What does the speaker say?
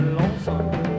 lonesome